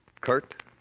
Kurt